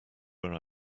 where